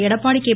Edappadi K